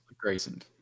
Grayson